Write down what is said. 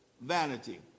vanity